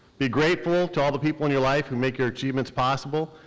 be grateful to all the people in your life who make your achievements possible.